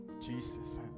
Jesus